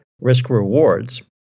risk-rewards